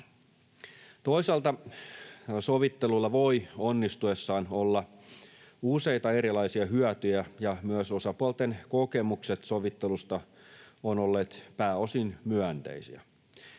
Toisaalta sovittelulla voi onnistuessaan olla useita erilaisia hyötyjä, ja myös osapuolten kokemukset sovittelusta ovat olleet pääosin myönteisiä.